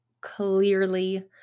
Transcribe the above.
clearly